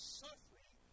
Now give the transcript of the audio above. suffering